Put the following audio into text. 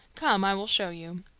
come, i will show you.